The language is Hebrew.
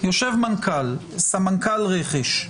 יושב מנכ"ל סמנכ"ל רכש,